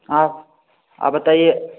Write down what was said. आप आप बताइए